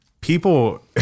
People